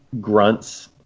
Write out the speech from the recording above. grunts